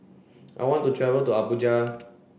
I want to travel to Abuja